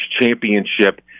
championship